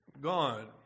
God